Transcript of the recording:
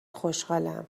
خوشحالم